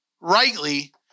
rightly